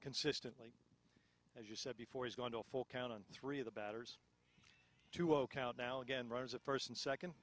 consistently as you said before he's going to a full count on three of the batters to account now again runs at first and second